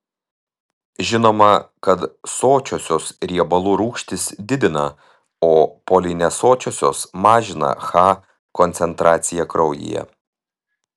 žinoma kad sočiosios riebalų rūgštys didina o polinesočiosios mažina ch koncentraciją kraujyje